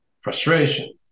frustration